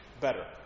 better